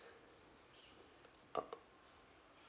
uh